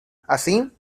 así